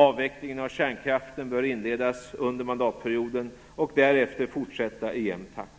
Avvecklingen av kärnkraften bör inledas under mandatperioden och därefter fortsätta i jämn takt.